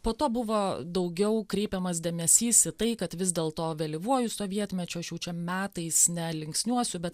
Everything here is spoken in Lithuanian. po to buvo daugiau kreipiamas dėmesys į tai kad vis dėl to vėlyvuoju sovietmečiu aš jau čia metais nelinksniuosiu bet